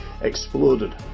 exploded